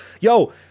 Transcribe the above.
yo